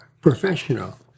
professional